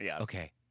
Okay